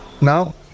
now